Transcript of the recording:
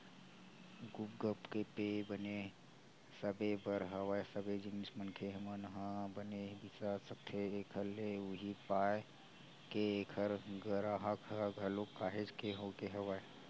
गुगप पे बने सबे बर हवय सबे जिनिस मनखे मन ह बने बिसा सकथे एखर ले उहीं पाय के ऐखर गराहक ह घलोक काहेच के होगे हवय